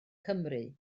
cymru